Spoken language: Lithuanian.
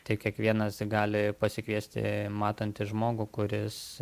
tai kiekvienas gali pasikviesti matantį žmogų kuris